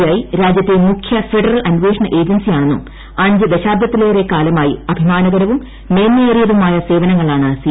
I രാജ്യത്തെ മുഖ്യ federal അന്വേഷണ ഏജൻസിയാണെന്നും അഞ്ച് ദശാബ്ദത്തിലേറെ കാലമായി അഭിമാനകരവും മേന്മയേറിയതുമായ സേവനങ്ങളാണ് സി